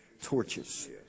Torches